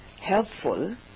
helpful